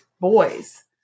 boys